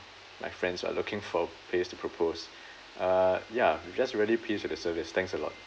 my friends are looking for a place to propose uh ya I'm just really pleased with the service thanks a lot